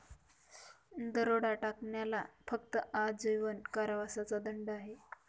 दरोडा टाकण्याला फक्त आजीवन कारावासाचा दंड आहे